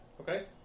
Okay